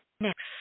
next